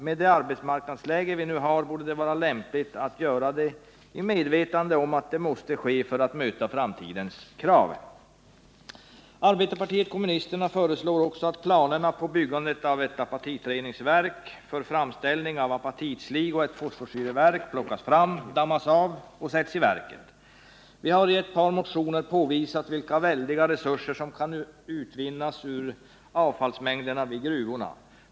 Med det arbetsmarknadsläge vi har borde det vara lämpligt att göra detta nu, i medvetande om att det måste ske för att möta framtidens krav. Arbetarpartiet kommunisterna föreslår också att planerna på byggandet av ett apatitreningsverk för framställning av apatitslig och ett fosforsyreverk plockas fram, dammas av och sätts i verket. Vi har i ett par motioner påvisat vilka väldiga resurser som kan utvinnas ur avfallsmängderna vid gruvorna.